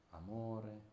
amore